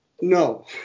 No